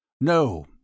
No